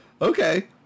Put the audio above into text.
Okay